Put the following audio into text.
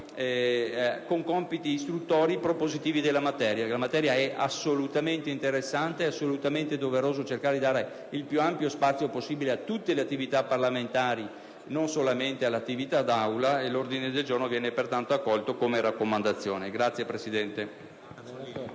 con compiti istruttori e propositivi sulla materia. Il tema è molto interessante ed è assolutamente doveroso cercare di dare il più ampio spazio possibile a tutte le attività parlamentari, non solamente a quelle di Assemblea. L'ordine del giorno viene pertanto accolto come raccomandazione. *(Applausi